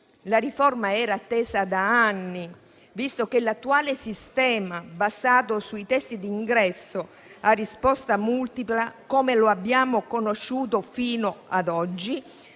La riforma era attesa da anni, visto che l'attuale sistema basato sui test di ingresso a risposta multipla, come l'abbiamo conosciuto fino ad oggi,